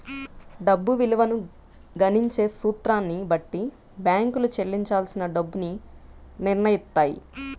డబ్బు విలువను గణించే సూత్రాన్ని బట్టి బ్యేంకులు చెల్లించాల్సిన డబ్బుని నిర్నయిత్తాయి